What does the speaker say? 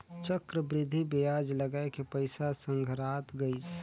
चक्रबृद्धि बियाज लगाय के पइसा संघरात गइस